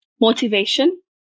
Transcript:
motivation